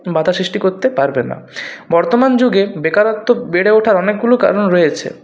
বাধা সৃষ্টি করতে পারবে না বর্তমান যুগে বেকারত্ব বেড়ে ওঠার অনেকগুলো কারণ রয়েছে